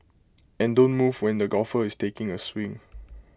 and don't move when the golfer is taking A swing